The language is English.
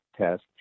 test